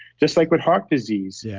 just like with heart disease, yeah